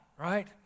right